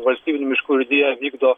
valstybinių miškų urėdija vykdo